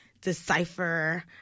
decipher